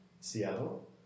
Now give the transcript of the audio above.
Seattle